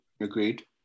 agreed